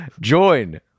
Join